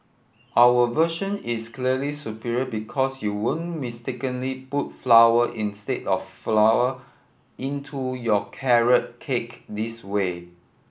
our version is clearly superior because you won't mistakenly put flower instead of flour into your carrot cake this way